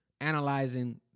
analyzing